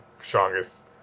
strongest